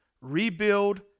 rebuild